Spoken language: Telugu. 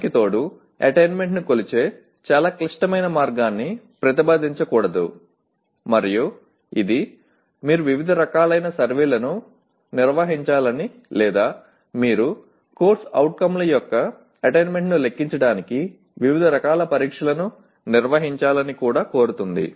దానికి తోడు అటైన్మెంట్ ను కొలిచే చాలా క్లిష్టమైన మార్గాన్ని ప్రతిపాదించకూడదు మరియు ఇది మీరు వివిధ రకాలైన సర్వేలను నిర్వహించాలని లేదా మీరు CO యొక్క అటైన్మెంట్ ను లెక్కించడానికి వివిధ రకాల పరీక్షలను నిర్వహించాలని కూడా కోరుతుంది